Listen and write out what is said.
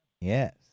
Yes